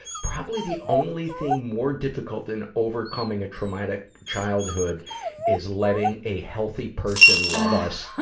probably the only thing more difficult than overcoming a traumatic childhood is letting a healthy person love us. oh